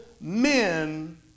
men